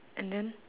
and then